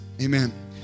Amen